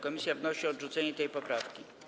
Komisja wnosi o odrzucenie tej poprawki.